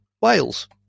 Wales